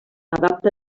adapta